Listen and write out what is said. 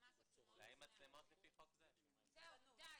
מה זה מצלמות אבטחה?